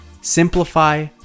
simplify